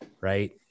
Right